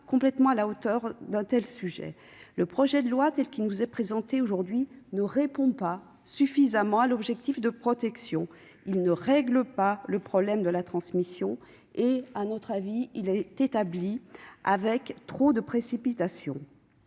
complètement à la hauteur d'un tel sujet. Le projet de loi tel qu'il nous est présenté ne répond pas suffisamment à l'objectif de protection. Il ne règle pas le problème de la transmission. Il a été établi avec trop de précipitation.